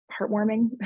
heartwarming